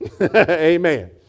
Amen